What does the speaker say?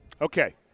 Okay